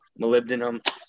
molybdenum